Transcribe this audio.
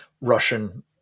Russian